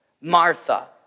Martha